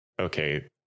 okay